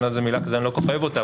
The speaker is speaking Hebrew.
זו מילה שאני לא כל כך אוהב אותה,